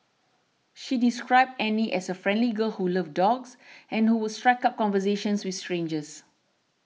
she described Annie as a friendly girl who loved dogs and who would strike up conversations with strangers